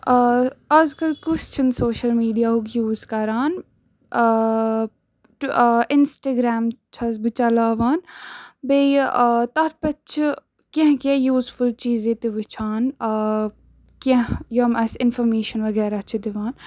آزکَل کُس چھُنہٕ سوشَل میٖڈیاہُک یوٗز کَران اِنسٹَگرٛیم چھَس بہٕ چَلاوان بیٚیہِ تَتھ پٮ۪ٹھ چھِ کینٛہہ کینٛہہ یوٗزفُل چیٖز ییٚتہِ وٕچھان کینٛہہ یِم اَسہِ اِنفٔمیشَن وغیرہ چھِ دِوان